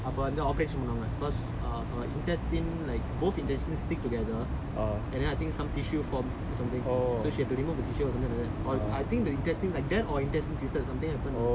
அப்பே ஆப்பிரேஷன் பன்னாங்கே:appae aappiraeshan pannaangae because err her intestine like both her intestine stick together and then I think some tissue formed or something so she had to remove the tissue or something like that I think the intestine like that or intestine twisted or something happened lah